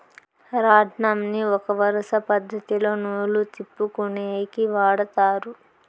రాట్నంని ఒక వరుస పద్ధతిలో నూలు తిప్పుకొనేకి వాడతారు